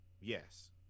Yes